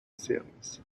series